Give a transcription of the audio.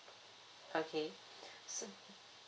okay